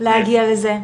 להגיע לזה?